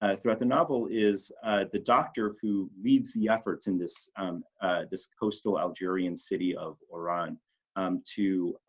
ah throughout the novel is the doctor who leads the efforts in this this coastal algerian city of iran to